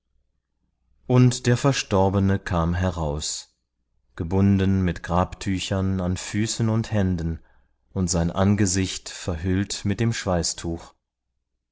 und der verstorbene kam heraus gebunden mit grabtüchern an füßen und händen und sein angesicht verhüllt mit dem